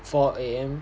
four A_M